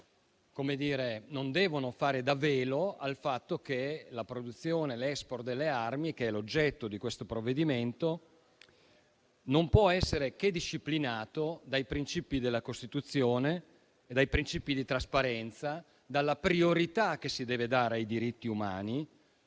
attenzione non devono fare da velo al fatto che la produzione e l'*export* delle armi, che rappresentano l'oggetto di questo provvedimento, non possono che essere disciplinati dai principi della Costituzione, da principi di trasparenza, dalla priorità che si deve dare ai diritti umani